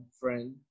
friend